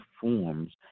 forms